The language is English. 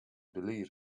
believe